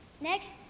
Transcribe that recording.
Next